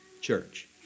church